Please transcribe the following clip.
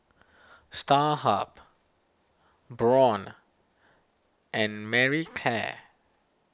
Starhub Braun and Marie Claire